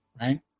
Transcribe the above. right